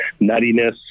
nuttiness